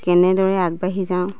কেনেদৰে আগবাঢ়ি যাওঁ